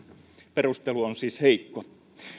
perustelu on siis heikko